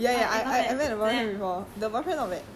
oh shit you meet the boyfriend before